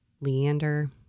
Leander